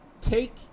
take